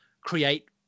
create